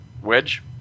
Wedge